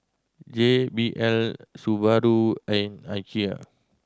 J B L Subaru and Ikea